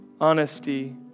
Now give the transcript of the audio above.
Honesty